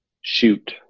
Shoot